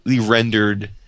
rendered